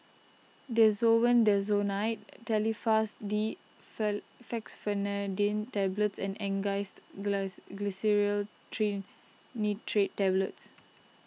Desowen Desonide Telfast D Fexofenadine Tablets and Angised Glyceryl Trinitrate Tablets